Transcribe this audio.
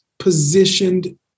positioned